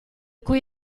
cui